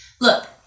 Look